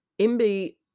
MB